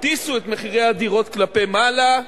הטיס את מחירי הדירות כלפי מעלה,